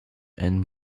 and